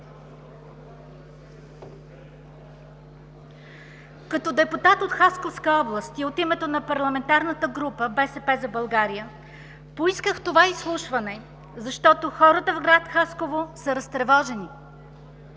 като депутат от Хасковска област и от името на Парламентарната група „БСП за България“ поисках това изслушване, защото хората в град Хасково са разтревожени.